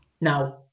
Now